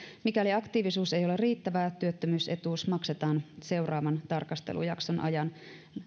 mikäli aktiivisuus ei ole riittävää työttömyysetuus maksetaan seuraavan tarkastelujakson ajan